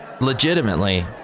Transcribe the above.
Legitimately